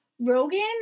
Rogan